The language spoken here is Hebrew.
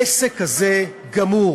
העסק הזה גמור.